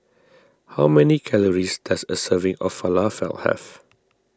how many calories does a serving of Falafel have